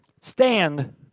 stand